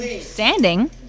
Standing